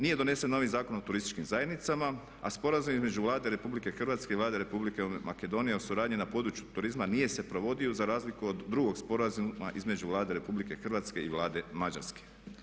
Nije donesen novi Zakon o turističkim zajednicama, a sporazumom između Vlade RH i Vlade Republike Makedonije o suradnji na području turizma nije se provodio za razliku od drugog sporazuma između Vlade RH i Vlade Mađarske.